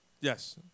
Yes